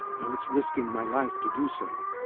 though it's risking my life to do so.